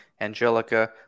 Angelica